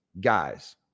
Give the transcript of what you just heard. guys